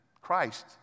Christ